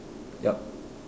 yup